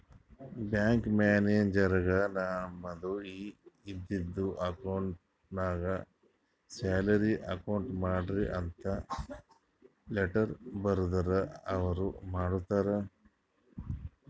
bank ಮ್ಯಾನೇಜರ್ಗ್ ನಮ್ದು ಈಗ ಇದ್ದಿದು ಅಕೌಂಟ್ಗ್ ಸ್ಯಾಲರಿ ಅಕೌಂಟ್ ಮಾಡ್ರಿ ಅಂತ್ ಲೆಟ್ಟರ್ ಬರ್ದುರ್ ಅವ್ರ ಮಾಡ್ತಾರ್